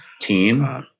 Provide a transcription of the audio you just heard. team